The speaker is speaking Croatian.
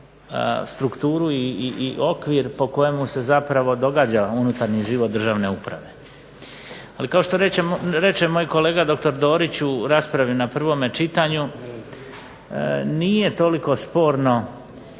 strukturu i okvir po kojemu se događa unutarnji život državne uprave. Ali kao što reče moj kolega doktor Dorić u raspravi na prvom čitanju, nije toliko sporno